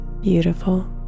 beautiful